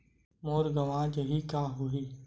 मोर गंवा जाहि का होही?